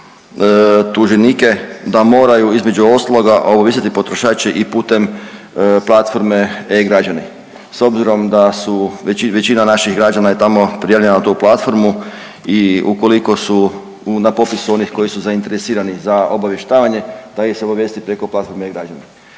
tuženike da moraju između ostaloga obavijestiti potrošače i putem platforme e-Građani s obzirom da su većina naših građana je tamo prijavljena na tu platformu i ukoliko su na popisu onih koji su zainteresirani za obavještavanje da ih se obavijesti preko platforme e-Građani.